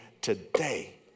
today